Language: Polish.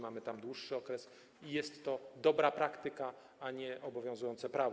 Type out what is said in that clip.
Mamy tam dłuższy okres i jest to dobra praktyka, a nie obowiązujące prawo.